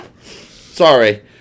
sorry